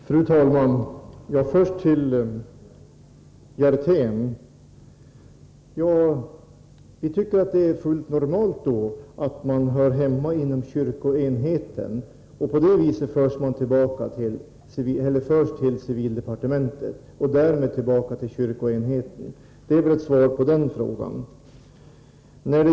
Fru talman! Först till Lars Hjertén: Vi tycker att det är fullt normalt att detta hör hemma inom kyrkoenheten. Därför förs detta över till civildepartementet, och därmed tillbaka till kyrkoenheten. Det är svar på den frågan.